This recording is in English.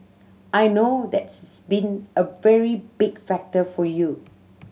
I know that's been a very big factor for you